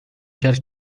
کرد